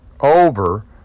over